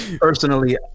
Personally